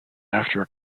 after